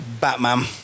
Batman